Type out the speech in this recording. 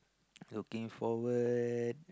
looking forward